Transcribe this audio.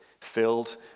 filled